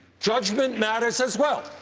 judgment matters as well.